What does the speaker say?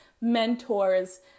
mentors